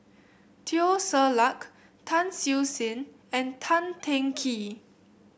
Teo Ser Luck Tan Siew Sin and Tan Teng Kee